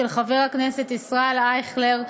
של חבר הכנסת ישראל אייכלר,